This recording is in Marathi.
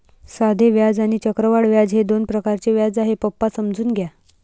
साधे व्याज आणि चक्रवाढ व्याज हे दोन प्रकारचे व्याज आहे, पप्पा समजून घ्या